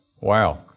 Wow